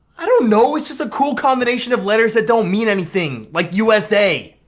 i don't know, it's just a cool combination of letters that don't mean anything, like usa.